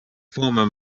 former